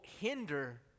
hinder